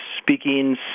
speaking